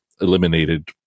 eliminated